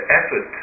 effort